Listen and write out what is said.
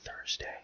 Thursday